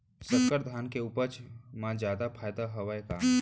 संकर धान के उपज मा जादा फायदा हवय का?